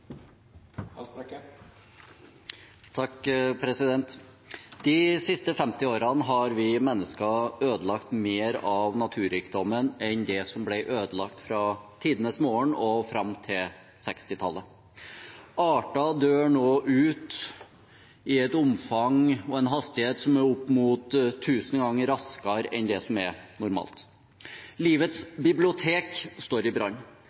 siste 50 årene har vi mennesker ødelagt mer av naturrikdommen enn det som ble ødelagt fra tidenes morgen og fram til 1960-tallet. Arter dør nå ut i et omfang og en hastighet som er opp mot 1 000 ganger raskere enn det som er normalt. Livets bibliotek står i brann.